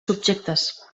subjectes